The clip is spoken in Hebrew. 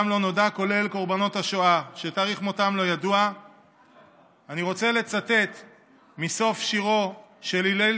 דעתך, אני אומר כרגע את דעתי על